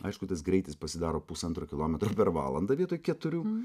aišku tas greitis pasidaro pusantro kilometro per valandą vietoj keturių